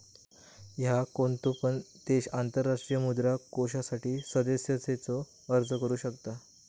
हा, कोणतो पण देश आंतरराष्ट्रीय मुद्रा कोषासाठी सदस्यतेचो अर्ज करू शकता